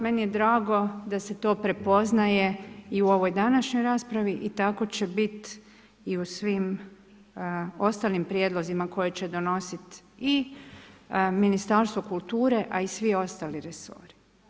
Meni je drago da se to prepoznaje i u ovoj današnjoj raspravi i tako će bit i u svim ostalim prijedlozima koje će donositi i Ministarstvo kulture a i svi ostali resori.